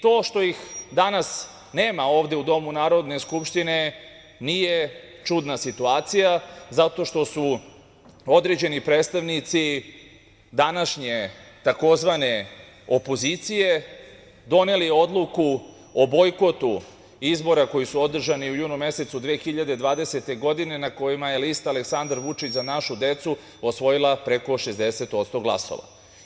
To što ih danas nema ovde u Domu Narodne skupštine nije čudna situacija zato što su određeni predstavnici današnje tzv. opozicije doneli odluku o bojkotu izbora, koji su održani u junu mesecu 2020. godine, a na kojima je lista Aleksandar Vučić – Za našu decu osvojila preko 60% glasova.